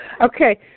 Okay